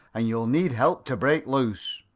and you'll need help to break loose.